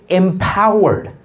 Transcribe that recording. empowered